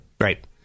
Right